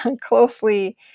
closely